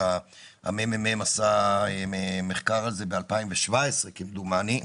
הממ"מ עשה מחקר על זה ב-2017 כמדומני,